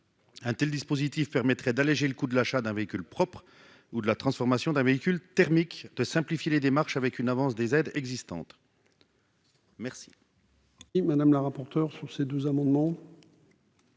Un tel dispositif permettrait d'alléger le coût de l'achat d'un véhicule propre ou de la transformation d'un véhicule thermique et de simplifier les démarches avec une avance des aides existantes. Quel